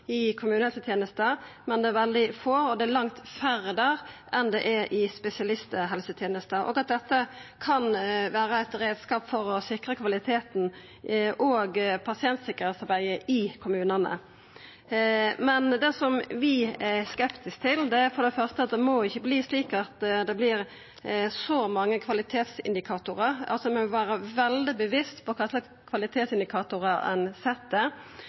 i kommunehelsetenesta, men at det er veldig få – og det er langt færre der enn det er i spesialisthelsetenesta – og at dette kan vera ein reiskap for å sikra kvaliteten og pasientsikkerheitsarbeidet i kommunane. Det vi er skeptiske til, er om det vert for mange kvalitetsindikatorar. Ein må vera veldig bevisst på kva slags kvalitetsindikatorar ein